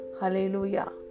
Hallelujah